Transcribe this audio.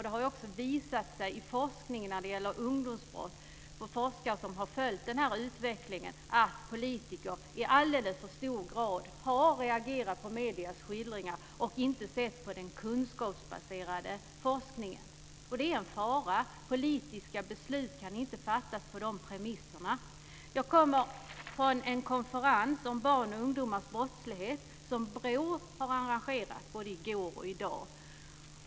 Det har också visat sig i forskningen när det gäller ungdomsbrott, för forskare som har följt den här utvecklingen, att politiker i alldeles för hög grad har reagerat på mediernas skildringar och inte sett på den kunskapsbaserade forskningen. Det är en fara. Politiska beslut kan inte fattas på de premisserna. Jag kommer från en konferens om barns och ungdomars brottslighet som BRÅ har arrangerat både i går och i dag.